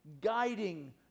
guiding